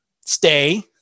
stay